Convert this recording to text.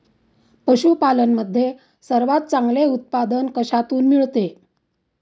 पशूपालन मध्ये सर्वात चांगले उत्पादन कशातून मिळते?